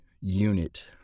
unit